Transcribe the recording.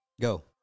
go